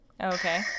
Okay